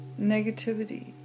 negativity